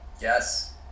Yes